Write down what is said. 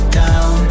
down